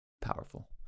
Powerful